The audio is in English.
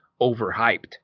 overhyped